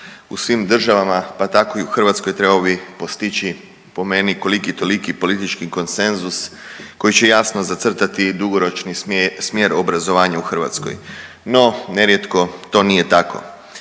u svim državama pa tako i u Hrvatskoj trebao bi postići po meni koliki toliki politički konsenzus koji će jasno zacrtati dugoročni smjer obrazovanja u Hrvatskoj, no nerijetko to nije tako.